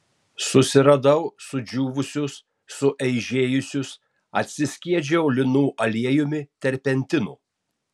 susiradau sudžiūvusius sueižėjusius atsiskiedžiau linų aliejumi terpentinu